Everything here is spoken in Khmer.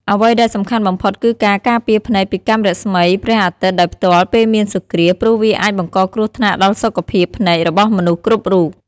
អ្វីដែលសំខាន់បំផុតគឺការការពារភ្នែកពីកាំរស្មីព្រះអាទិត្យដោយផ្ទាល់ពេលមានសូរ្យគ្រាស ព្រោះវាអាចបង្កគ្រោះថ្នាក់ដល់សុខភាពភ្នែករបស់មនុស្សគ្រប់រូប ។